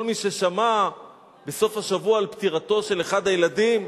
כל מי ששמע בסוף השבוע על פטירתו של אחד הילדים,